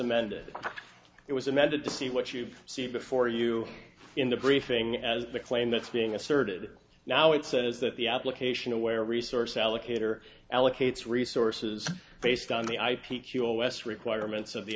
amended it was amended to see what you've see before you in the briefing as the claim that's being asserted now it says that the application aware resource allocator allocates resources based on the ip kewl west requirements of the